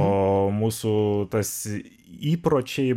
o mūsų tas įpročiai